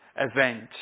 event